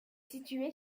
située